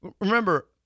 Remember